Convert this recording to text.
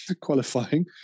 qualifying